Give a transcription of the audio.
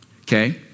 Okay